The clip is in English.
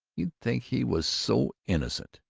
you'd think he was so innocent!